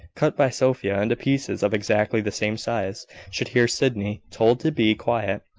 cut by sophia into pieces of exactly the same size should hear sydney told to be quiet,